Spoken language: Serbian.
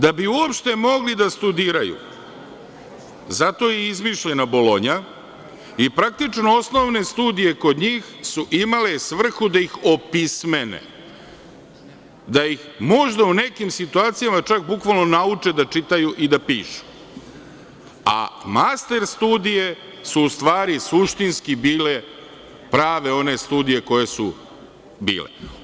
Da bi uopšte mogli da studiraju, zato je i izmišljena Bolonja, i praktično osnovne studije kod njih su imale svrhu da ih opismene, da ih možda u nekim situacijama čak bukvalno nauče da čitaju i da pišu, a master studije su u stvari suštinski bile prave one studije koje su bile.